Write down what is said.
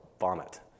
vomit